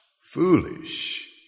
foolish